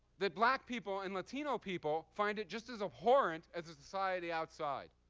that black people and latino people find it just as abhorrent as the society outside.